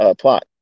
plot